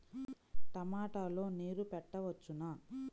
టమాట లో నీరు పెట్టవచ్చునా?